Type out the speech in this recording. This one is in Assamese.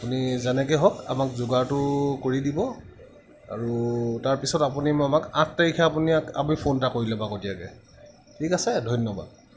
আপুনি যেনেকৈয়ে হওক আমাক যোগাৰটো কৰি দিব আৰু তাৰপিছত আপুনি আমাক আঠ তাৰিখে আপুনি এক আপুনি ফোন এটা কৰি ল'ব আগতিয়াকৈ ঠিক আছে ধন্যবাদ